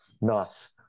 Nice